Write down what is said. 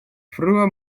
frua